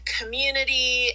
community